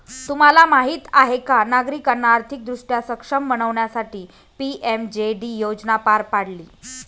तुम्हाला माहीत आहे का नागरिकांना आर्थिकदृष्ट्या सक्षम बनवण्यासाठी पी.एम.जे.डी योजना पार पाडली